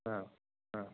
हा हा